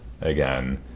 again